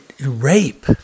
rape